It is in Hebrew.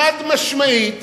חד-משמעית,